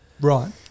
right